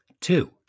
Two